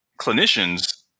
clinicians